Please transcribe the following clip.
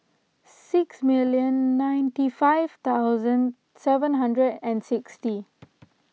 six million ninety five thousand seven hundred and sixty